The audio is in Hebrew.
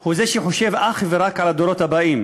הוא שהוא חושב אך ורק על הדורות הבאים.